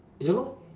ya lor